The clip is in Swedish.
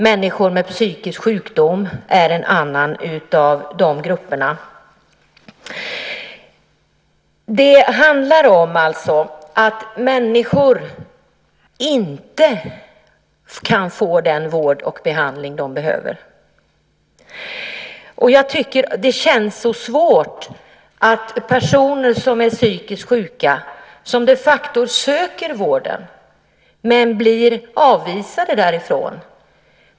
Människor med psykisk sjukdom är ett annat sådant område. Människor får inte den vård och behandling som de behöver. Det känns svårt när personer med psykisk sjukdom som söker vård blir avvisade därifrån.